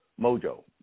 mojo